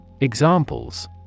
Examples